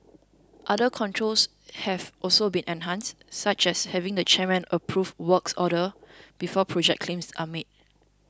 other controls have also been enhanced such as having the chairman approve works orders before project claims are made